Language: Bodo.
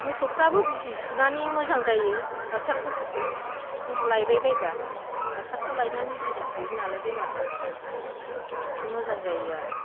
मोसौफ्राबो बिजि सुनानै मोजां जायो डक्ट'रफोर लायबायबा डक्ट'रखौ लायनानै बिजि सुयो नालाय बेमार जाबा मोजां जायो आरो